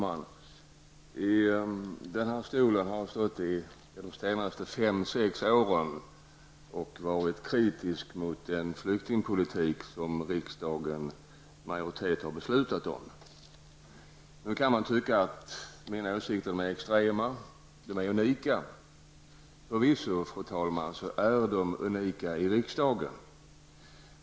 Fru talman! Jag har stått i den här talarstolen de senaste fem-sex åren och varit kritisk mot den flyktingpolitik som riksdagens majoritet har beslutat om. Nu kan man tycka att mina åsikter är extrema, att de är unika. Förvisso, fru talman, är de unika i riksdagen.